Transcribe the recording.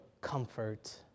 comfort